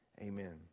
Amen